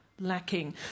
Lacking